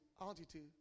altitude